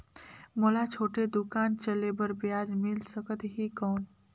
मोला छोटे दुकान चले बर ब्याज मिल सकत ही कौन?